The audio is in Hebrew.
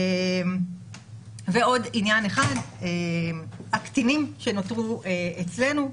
עוד עניין אחד: הקטינים שנותרו אצלנו.